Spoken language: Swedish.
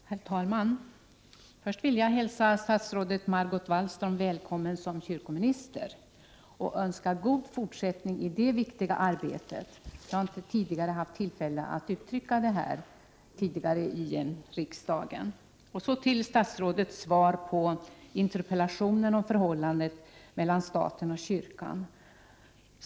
Herr talman! Först vill jag hälsa statsrådet Margot Wallström välkommen som kyrkominister och önska henne god fortsättning i det viktiga arbetet. Jag har tidigare i riksdagen inte haft tillfälle att uttrycka detta. Därefter övergår jag till statsrådets svar på interpellationen om förhållandet mellan staten och kyrkan.